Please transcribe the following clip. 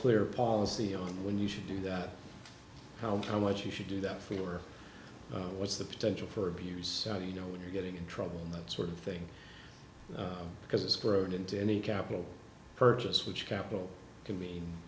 clear policy on when you should do that how come what you should do that for you or what's the potential for abuse so you know when you're getting in trouble and that sort of thing because it's grown into any capital purchase which capital can mean